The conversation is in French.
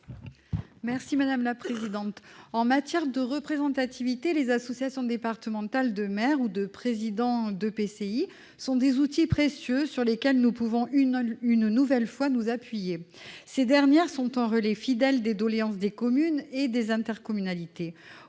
Mme Mireille Jouve. En matière de représentativité, les associations départementales de maires ou de présidents d'EPCI sont des outils précieux sur lesquels nous pouvons, une nouvelle fois, nous appuyer. Elles sont un relais fidèle des doléances des communes et des intercommunalités.